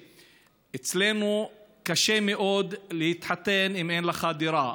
אצלנו קשה מאוד להתחתן אם אין לך דירה,